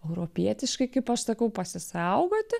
europietiškai kaip aš sakau pasisaugoti